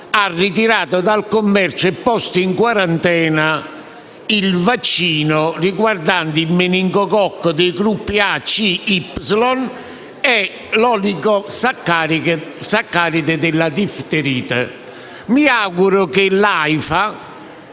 ha ritirato dal commercio e posto in quarantena il vaccino riguardante il meningococco dei gruppi A,C e Y e l'oligosaccaride della difterite. Mi auguro che l'Aifa